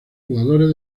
jugadores